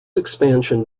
expansion